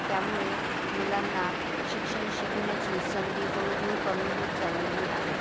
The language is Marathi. त्यामुळे मुलांना शिक्षण शिकण्याची संधी हळूहळू कमी होत चाललेली आहे